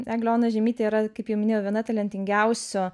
eglė ona žiemytė yra kaip jau minėjau viena talentingiausių